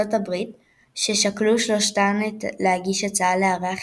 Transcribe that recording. בחירת המארחת תהליך בחירת המארחת היה אמור להתחיל כבר ב־2015,